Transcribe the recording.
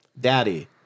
Daddy